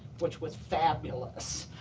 which was fabulous.